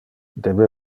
debe